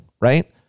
right